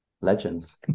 legends